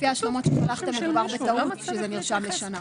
לפי ההשלמות ששלחתם מדובר בטעות שזה נרשם לשנה.